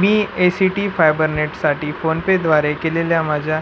me A C T फायबरनेटसाठी फोनपेद्वारे केलेल्या माझ्या